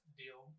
deal